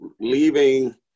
leaving